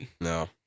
No